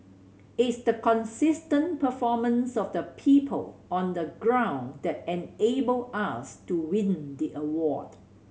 it's the consistent performance of the people on the ground that enabled us to win the award